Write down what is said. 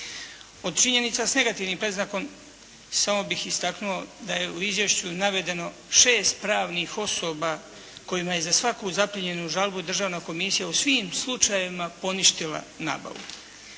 Od činjenica s negativnim predznakom samo bih istaknuo da je u izvješću navedeno 6 pravnih osoba kojima je za svaku zaprimljenu žalbu Državna komisija u svim slučajevima poništila nabavu.